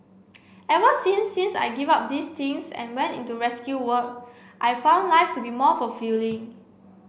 ever since since I gave up these things and went into rescue work I've found life to be more fulfilling